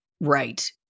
right